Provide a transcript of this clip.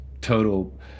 total